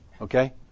Okay